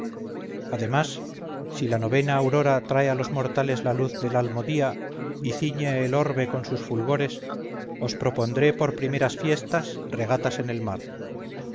además si la novena aurora trae a los mortales la luz del almo día y ciñe el orbe con sus fulgores os propondré por primeras fiestas regatas en el mar